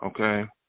okay